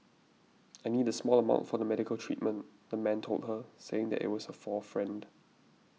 I need a small amount for the medical treatment the man told her saying that it was for a friend